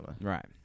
Right